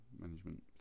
management